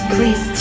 Please